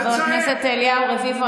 חבר הכנסת אליהו רביבו,